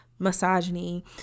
misogyny